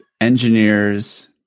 engineers